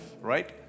right